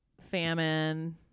famine